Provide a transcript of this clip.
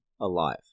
alive